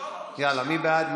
מי בעד?